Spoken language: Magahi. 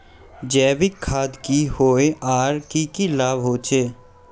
जैविक खाद की होय आर की की लाभ होचे?